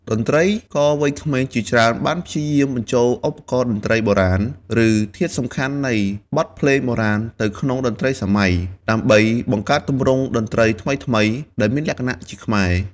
តន្ត្រីករវ័យក្មេងជាច្រើនបានព្យាយាមបញ្ចូលឧបករណ៍តន្ត្រីបុរាណ ឬធាតុផ្សំនៃបទភ្លេងបុរាណទៅក្នុងតន្ត្រីសម័យ ដើម្បីបង្កើតទម្រង់តន្ត្រីថ្មីៗដែលមានលក្ខណៈជាខ្មែរ។